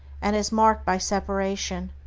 and is marked by separation.